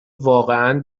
واقعا